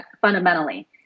fundamentally